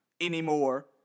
anymore